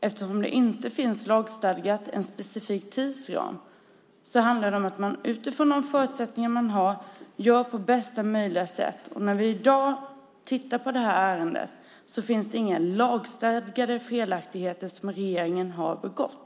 Eftersom det inte finns lagstadgat en specifik tidsram handlar det om att man utifrån de förutsättningar man har gör på bästa möjliga sätt. När vi i dag tittar på detta ärende finns det inga lagstadgade felaktigheter som regeringen har begått.